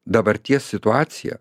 dabarties situaciją